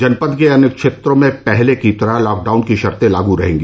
जनपद के अन्य क्षेत्रों में पहले की तरह लॉकडाउन की शर्ते लागू रहेंगी